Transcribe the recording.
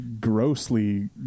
grossly